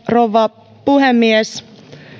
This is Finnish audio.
rouva puhemies